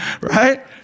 right